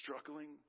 struggling